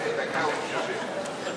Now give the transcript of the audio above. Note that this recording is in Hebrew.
אחרי דקה הוא יישבר.